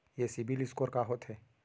ये सिबील स्कोर का होथे?